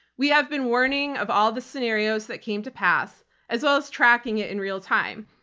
we have been warning of all the scenarios that came to pass as well as tracking it in real-time.